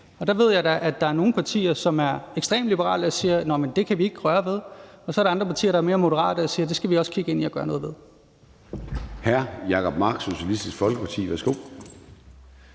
Og der ved jeg, at der er nogle partier, der er ekstremt liberale og siger, at det kan vi ikke røre ved, og der er andre partier, der er mere moderate og siger, at det skal vi også kigge ind i og gøre noget ved.